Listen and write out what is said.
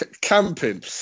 camping